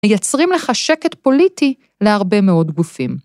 מייצרים לך שקט פוליטי להרבה מאוד גופים.